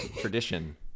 tradition